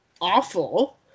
awful